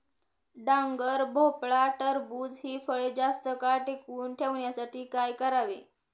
डांगर, भोपळा, टरबूज हि फळे जास्त काळ टिकवून ठेवण्यासाठी काय करावे?